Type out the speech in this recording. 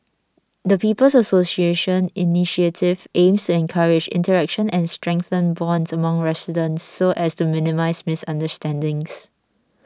the People's Association initiative aims encourage interaction and strengthen bonds among residents so as to minimise misunderstandings